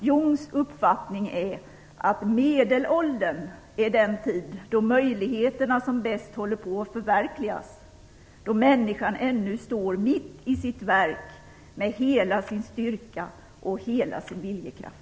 Jungs uppfattning är att "medelåldern är den tid då möjligheterna som bäst håller på att förverkligas, då människan ännu står mitt i sitt verk med hela sin styrka och hela sin viljekraft".